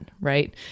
Right